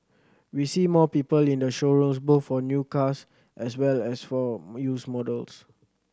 we see more people in the showrooms both for new cars as well as for used models